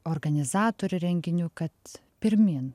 organizatorių renginių kad pirmyn